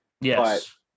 Yes